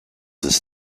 was